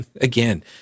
Again